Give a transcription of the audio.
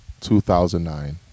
2009